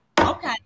Okay